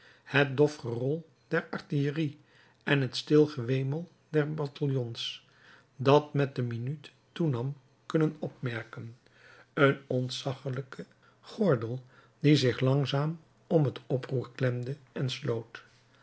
het dof gerol der artillerie en het stil gewemel der bataljons dat met de minuut toenam kunnen opmerken een ontzaggelijke gordel die zich langzaam om het oproer klemde en sloot